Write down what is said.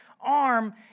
arm